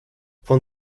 von